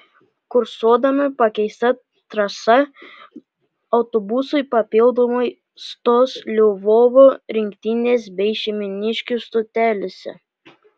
kursuodami pakeista trasa autobusai papildomai stos lvovo rinktinės bei šeimyniškių stotelėse